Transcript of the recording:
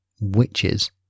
witches